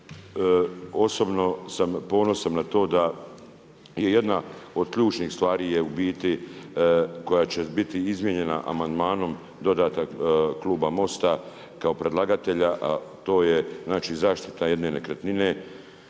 osobno sam ponosan na to da je jedna od ključnih stvari je u biti koja će biti izmijenjena amandmanom dodana kluba MOST-a kao predlagatelja a to je znači zaštita jedine nekretnine